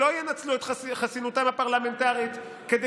שלא ינצלו את חסינותם הפרלמנטרית כדי